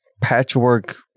patchwork